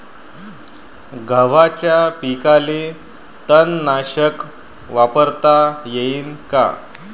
गव्हाच्या पिकाले तननाशक वापरता येईन का?